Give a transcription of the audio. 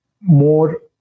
more